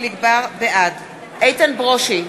בעד איתן ברושי,